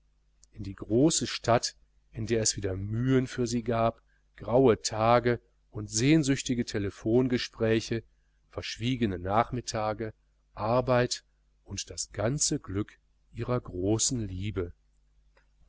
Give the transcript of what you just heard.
in die große stadt in der es wieder mühen für sie gab graue tage und sehnsüchtige telefongespräche verschwiegene nachmittage arbeit und das ganze glück ihrer großen liebe